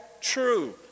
true